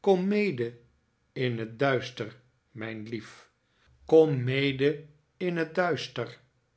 kom mede in het duister mijn lief kom mede in het duister